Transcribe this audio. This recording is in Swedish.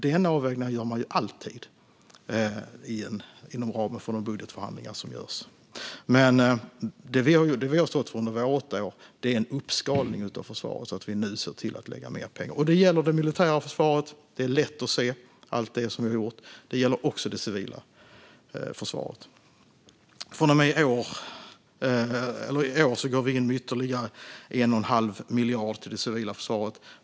Den avvägningen gör man alltid inom ramen för de budgetförhandlingar som förs. Det som vi har stått för under våra åtta år är en uppskalning av försvaret så att vi nu lägger mer pengar på det. Det gäller det militära försvaret, där det är lätt att se allt som vi har gjort. Det gäller också det civila försvaret. Från och med i år går vi in med ytterligare 1 1⁄2 miljard till det civila försvaret.